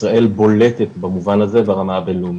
ישראל בולטת במובן הזה ברמה הבין-לאומית.